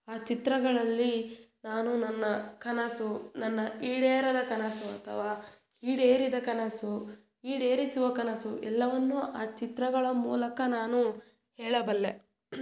ಆ ಚಿತ್ರಗಳಲ್ಲಿ ನಾನು ನನ್ನ ಕನಸು ನನ್ನ ಈಡೇರದ ಕನಸು ಅಥವಾ ಈಡೇರಿದ ಕನಸು ಈಡೇರಿಸುವ ಕನಸು ಎಲ್ಲವನ್ನು ಆ ಚಿತ್ರಗಳ ಮೂಲಕ ನಾನು ಹೇಳಬಲ್ಲೆ